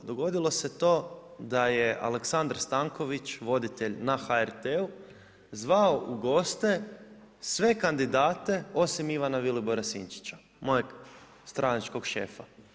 Dogodilo se to da je Aleksandar Stanković voditelj na HRT-u zvao u goste sve kandidate osim Ivana Vilibora Sinčića mojeg stranačkog šega.